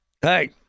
Hey